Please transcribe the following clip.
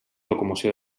locomoció